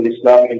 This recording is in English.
Islam